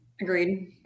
Agreed